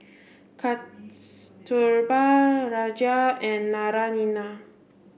Kasturba Raja and Naraina